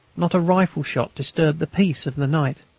not a rifle-shot, disturbed the peace of the night.